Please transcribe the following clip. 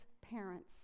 parents